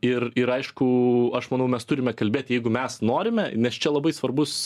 ir ir aišku aš manau mes turime kalbėt jeigu mes norime nes čia labai svarbus